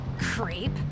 Creep